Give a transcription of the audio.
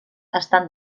estan